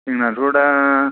जोंनाथ' दा